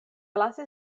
lasis